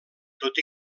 tot